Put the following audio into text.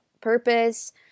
purpose